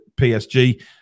PSG